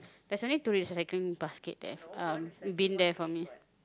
there's only tourists cycling basket there uh bin there for me